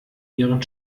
ihren